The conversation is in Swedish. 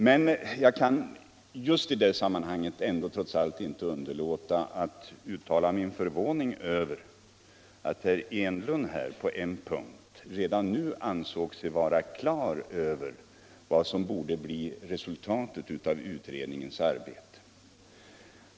Men jag kan ändå inte underlåta att i detta sammanhang uttala min förvåning över att herr Enlund på en punkt redan nu ansåg sig vara på det klara med vad som borde bli resultatet av utredningens arbete.